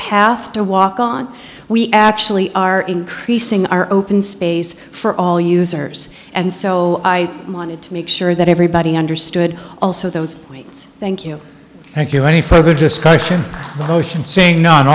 path to walk on we actually are increasing our open space for all users and so i wanted to make sure that everybody understood also those points thank you thank you any further discussion motion saying no